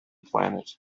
planet